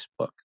Facebook